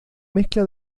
mezcla